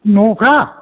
न'फ्रा